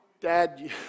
Dad